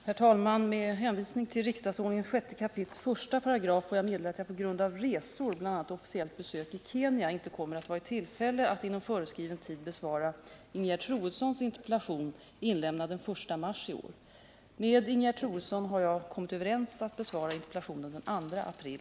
Herr talman! Med hänvisning till riksdagsordningen 6 kap. 18 får jag meddela att jag på grund av resor, bl.a. officiellt besök i Kenya, inte kommer att vara i tillfälle att inom föreskriven tid besvara Ingegerd Troedssons interpellation inlämnad den 1 mars. Jag har kommit överens med Ingegerd Troedsson att besvara interpellationen den 2 april.